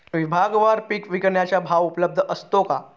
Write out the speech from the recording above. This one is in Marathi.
विभागवार पीक विकण्याचा भाव उपलब्ध असतो का?